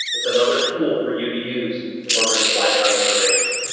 it's another tool for you to use in order to find out information.